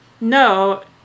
no